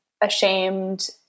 ashamed